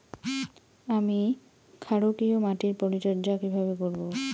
আমি ক্ষারকীয় মাটির পরিচর্যা কিভাবে করব?